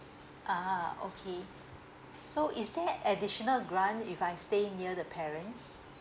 ah okay so is there additional grant if I stay near the parents